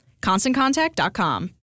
ConstantContact.com